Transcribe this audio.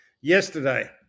yesterday